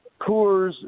Coors